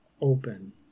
open